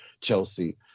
Chelsea